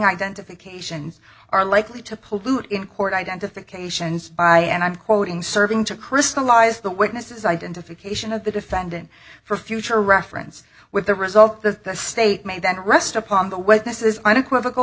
identifications are likely to pollute in court identifications i and i'm quoting serving to crystallise the witnesses identification of the defendant for future reference with the result that the state made that rest upon the witness is unequivocal